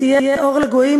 שתהיה אור לגויים,